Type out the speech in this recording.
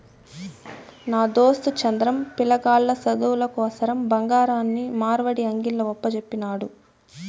నా దోస్తు చంద్రం, పిలగాల్ల సదువుల కోసరం బంగారాన్ని మార్వడీ అంగిల్ల ఒప్పజెప్పినాడు